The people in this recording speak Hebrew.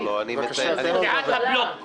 סיעת הבלוק,